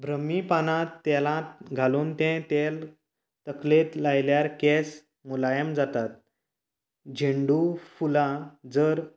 भ्रम्ही पानां तेलांत घालून तें तेल तकलेक लायल्यार केंस मुलायम जातात झेंडू फुलां जर